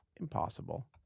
Impossible